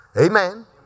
Amen